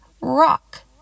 rock